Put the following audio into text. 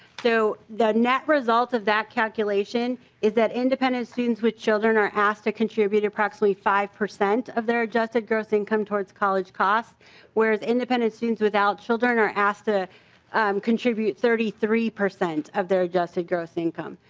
so the net result of that calculation is that independent students with children are asked to contribute approximately five percent of their adjusted gross income towards college costs whereas independent students without children are asked to um contribute thirty three percent of their adjusted gross income.